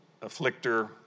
afflictor